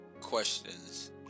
questions